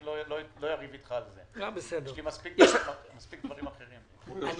לא אריב איתך על זה, יש לי מספיק דברים אחרים לריב